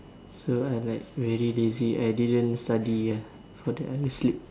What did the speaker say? so I like very lazy I didn't study ah for the I will sleep